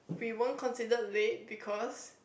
we won't consider late because